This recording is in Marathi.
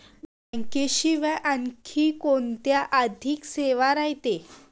बँकेशिवाय आनखी कोंत्या आर्थिक सेवा रायते?